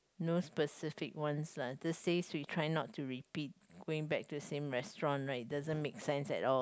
no specific ones lah these days we try not to repeat going back to same restaurant right it doesn't make sense at all